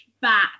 back